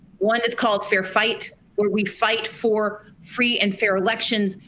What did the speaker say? one is called fair fight where we fight for free and fair elections,